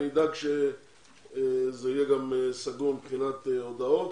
אני אדאג שזה יהיה גם סגור מבחינת הודעות,